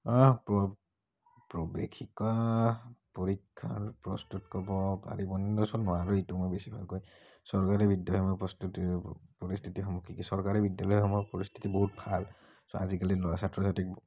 প্ৰ প্ৰৱেশিকা পৰীক্ষাৰ প্ৰস্তুত ক'ব পাৰি এইটো নোৱাৰোঁ এইটো বেছি ভালকৈ চৰকাৰী বিদ্যালয়সমূহৰ প্ৰস্তুতিৰ পৰিস্থিতিসমূহ কি কি চৰকাৰী বিদ্য়ালয়সমূহৰ পৰিস্থিতি বহুত ভাল ছ' আজিকালি ল'ৰা ছাত্ৰ ছাত্ৰীক